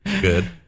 Good